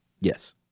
Yes